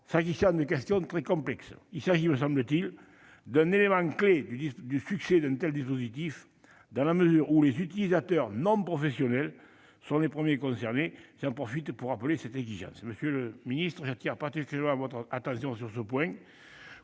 s'agissant de questions très complexes. C'est, me semble-t-il, un élément clé du succès d'un tel dispositif, dans la mesure où les utilisateurs non professionnels sont les premiers concernés. Monsieur le secrétaire d'État, j'attire particulièrement votre attention sur ce point